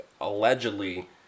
allegedly